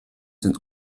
sind